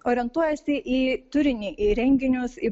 orientuojasi į turinį į renginius į